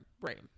right